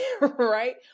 right